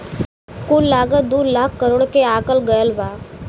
कुल लागत दू लाख करोड़ के आकल गएल बा